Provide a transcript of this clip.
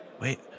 Wait